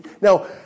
Now